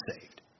saved